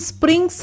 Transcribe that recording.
Spring